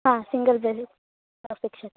हा सिङ्गल् बेलि अपेक्ष्यते